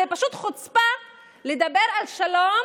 זה פשוט חוצפה לדבר על שלום